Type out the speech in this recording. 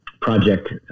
project